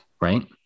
right